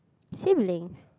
sibling